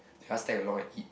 just tag along and eat